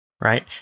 right